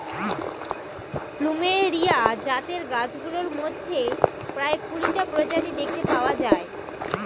plumeria জাতের গাছগুলোর মধ্যে প্রায় কুড়িটা প্রজাতি দেখতে পাওয়া যায়